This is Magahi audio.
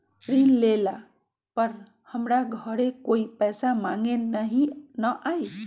ऋण लेला पर हमरा घरे कोई पैसा मांगे नहीं न आई?